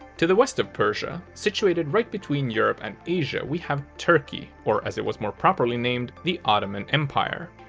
to the west of persia, situated right between europe and asia, we have turkey, or as it was more properly named, the ottoman empire.